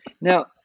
Now